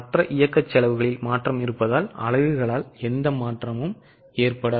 மற்ற இயக்க செலவுகளில் மாற்றம் உள்ள அலகுகளால் எந்த மாற்றமும் ஏற்படாது